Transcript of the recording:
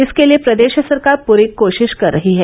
इसके लिए प्रदेश सरकार पूरी कोशिश कर रही है